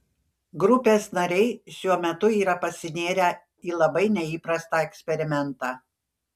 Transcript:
grupės nariai šiuo metu yra pasinėrę į labai neįprastą eksperimentą